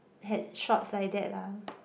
had shots like that lah